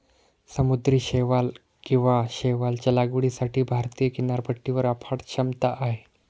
समुद्री शैवाल किंवा शैवालच्या लागवडीसाठी भारतीय किनारपट्टीवर अफाट क्षमता आहे